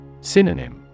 Synonym